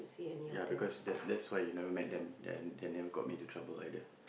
ya because that's that's why you never meet them then they never got me into trouble either